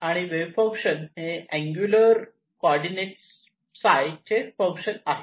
आणि wave function हे angular coordinate φ चे फंक्शन आहे